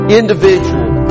individual